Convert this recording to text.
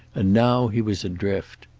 and now he was adrift.